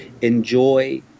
enjoy